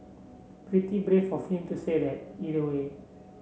pretty brave of him to say that either way